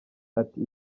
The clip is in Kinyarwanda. ati